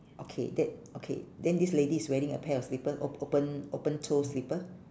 okay that okay then this lady is wearing a pair of slipper op~ open open toe slipper